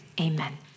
amen